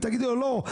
ותגידי לו לא,